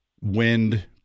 wind